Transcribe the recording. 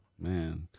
Man